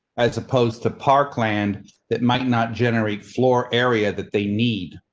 as opposed to parkland that might not generate floor area that they need.